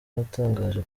yatangaje